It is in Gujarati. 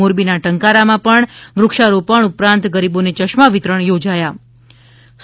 મોરબી ના ટંકારા માં પણ વૃક્ષારોપણ ઉપરાંત ગરીબોને ચશ્મા વિતરણ યોજાઈ ગયું